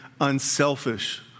unselfish